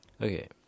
Okay